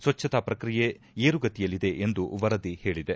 ಸ್ವಚ್ಚತಾ ಪ್ರಕ್ರಿಯೆ ಏರುಗತಿಯಲ್ಲಿದೆ ಎಂದು ವರದಿ ಹೇಳಿದೆ